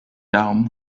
daumen